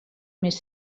més